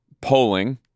polling